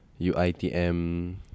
UITM